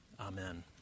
Amen